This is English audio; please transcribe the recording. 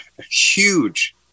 huge